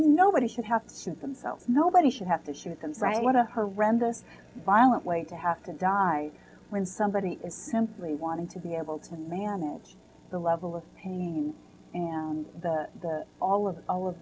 nobody should have to themselves nobody should have to shoot them to her random violent way to have to die when somebody is simply wanting to be able to manage the level of pain the the all of all of